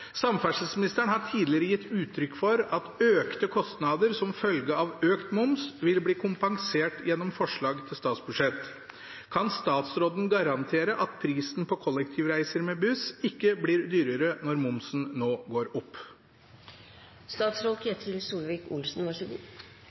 Samferdselsministeren har tidligere gitt uttrykk for at økte kostnader som følge av økt moms vil bli kompensert gjennom forslag til statsbudsjett. Kan statsråden garantere at prisen på kollektivreiser med buss ikke blir dyrere når momsen nå går